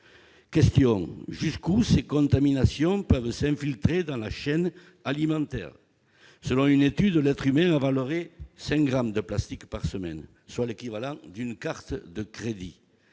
Question : jusqu'où ces contaminations peuvent-elles s'infiltrer dans la chaîne alimentaire ? Selon une étude, l'être humain avalerait 5 grammes de plastique par semaine, soit l'équivalent d'une carte de crédit.